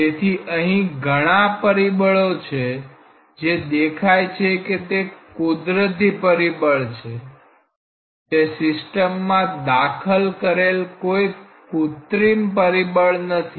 તેથી અહી ઘણા બધા પરિબળો છે જે દેખાય છે કે તે કુદરતી પરિબળ છે તે સિસ્ટમમાં દાખલ કરેલ કોઈ કૃત્રિમ પરિબળો નથી